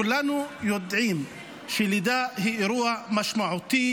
כולנו יודעים שלידה היא אירוע משמעותי